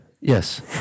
Yes